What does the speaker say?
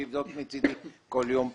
שיבדוק מצדי בכל יום פעמיים.